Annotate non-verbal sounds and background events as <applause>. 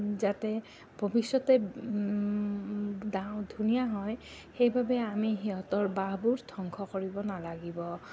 যাতে ভৱিষ্যতে <unintelligible> ধুনীয়া হয় সেইবাবে আমি সিহঁতৰ বাঁহবোৰ ধ্বংস কৰিব নালাগিব